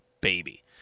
baby